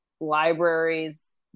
libraries